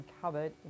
covered